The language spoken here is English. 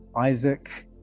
isaac